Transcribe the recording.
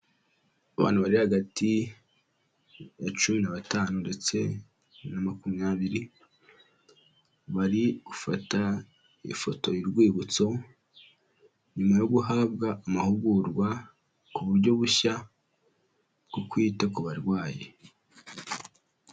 Abantu bari hagati ya cumi na batanu ndetse na makumyabiri, bari gufata ifoto y'urwibutso nyuma yo guhabwa amahugurwa ku buryo bushya bwo kwita ku barwayi.